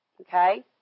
Okay